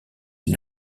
une